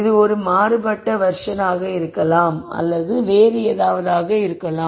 இது இது ஒரு மாற்றப்பட்ட வெர்ஸன் ஆக இருக்கலாம் அல்லது வேறு ஏதாவது ஆக இருக்கலாம்